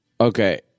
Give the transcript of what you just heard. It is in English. Okay